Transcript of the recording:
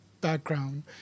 background